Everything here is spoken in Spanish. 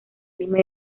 lima